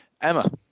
Emma